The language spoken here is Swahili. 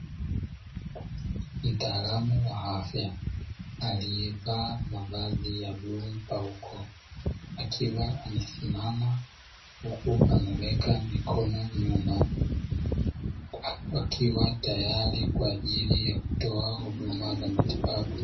Mtaalamu wa afya aliyevaa mavazi ya bluu mpauko akiwa amesimama, huku ameweka mikono nyuma akiwa tayari kwa ajili ya kutoa huduma za matibabu.